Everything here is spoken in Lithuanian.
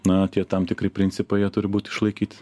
na tie tam tikri principai jie turi būti išlaikyti